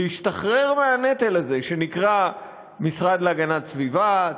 להשתחרר מהנטל הזה שנקרא המשרד להגנת הסביבה,